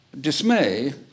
Dismay